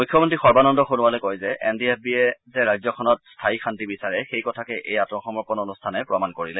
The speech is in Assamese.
মুখ্যমন্ত্ৰী সৰ্বানন্দ সোণোৱালে কয় যে এনডিএফবিয়ে যে ৰাজ্যখনত স্থায়ী শান্তি বিচাৰে সেই কথাকে এই আঘসমৰ্পণ অনুষ্ঠানে প্ৰমাণ কৰিলে